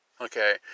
okay